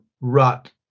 rut